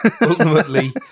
ultimately